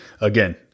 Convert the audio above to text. again